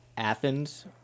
Athens